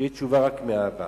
שתהיה תשובה רק מאהבה.